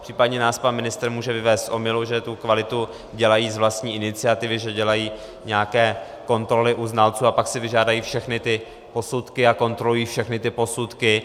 Případně nás pan ministr může vyvést z omylu, že tu kontrolu dělají z vlastní iniciativy, že dělají nějaké kontroly u znalců, a pak si vyžádají všechny posudky a kontrolují všechny posudky.